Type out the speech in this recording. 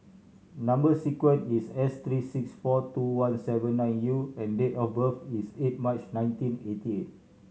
number sequence is S three six four two one seven nine U and date of birth is eight March nineteen eighty eight